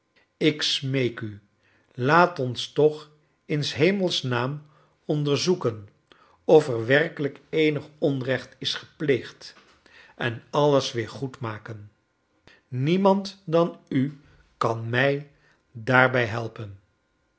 vanik smeek u laat ons toch in s kernels naam onderzoeken of er werkelijk eeaig onrecht is gepleegd en alles weer goed maken niemand dan u kan mij daarbij helpen